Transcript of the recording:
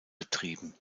betrieben